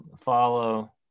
follow